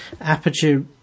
aperture